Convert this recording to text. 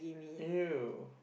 you